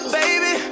baby